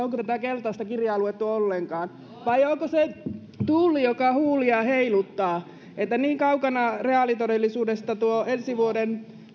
onko tätä keltaista kirjaa luettu ollenkaan vai onko se tuuli joka huulia heiluttaa kun teidän puheissanne niin kaukana reaalitodellisuudesta on ensi vuoden